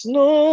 no